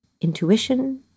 intuition